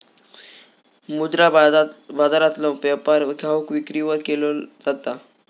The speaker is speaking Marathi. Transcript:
मुद्रा बाजारातलो व्यापार घाऊक विक्रीवर केलो जाता